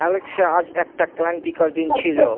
Alexa আজ একটা ক্লান্তিকর দিন ছিল